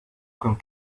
con